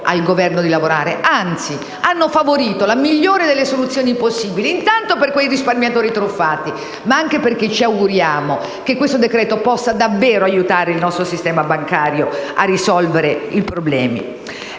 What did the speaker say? al Governo di lavorare; anzi, hanno favorito la migliore delle soluzioni possibili per quei risparmiatori truffati e anche perché ci auguriamo che il provvedimento in esame possa davvero aiutare il nostro sistema bancario a risolvere i problemi.